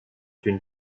une